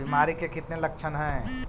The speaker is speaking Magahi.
बीमारी के कितने लक्षण हैं?